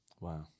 Wow